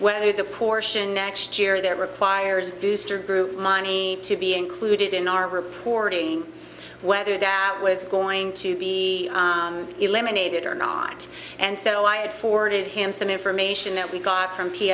whether the portion next year there requires booster group money to be included in our reporting whether that was going to be eliminated or not and so i had forwarded him some information that we got from p